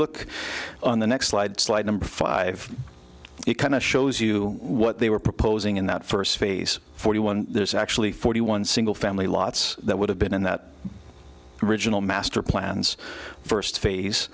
look on the next slide slide number five it kind of shows you what they were proposing in that first phase forty one there's actually forty one single family lots that would have been in that original master plans first